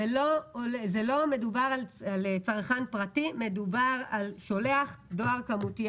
לא מדובר על צרכן פרטי אלא מדובר על שולח דואר כמותי,